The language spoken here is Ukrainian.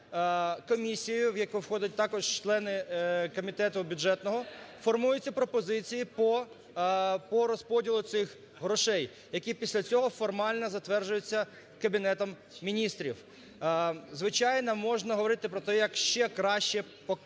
комісія, в яку входить також члени комітету бюджетного, формуються пропозиції по розподілу цих грошей, який після цього формально затверджується Кабінетом Міністрів. Звичайно, можна говорити про те, як ще краще змінити